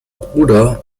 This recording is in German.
bruder